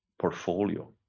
portfolio